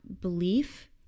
belief